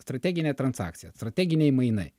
strateginė transakcija strateginiai mainai